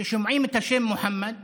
ששומעים את השם מוחמד